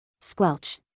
Squelch